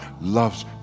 loves